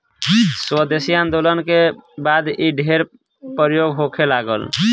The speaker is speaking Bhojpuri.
स्वदेशी आन्दोलन के बाद इ ढेर प्रयोग होखे लागल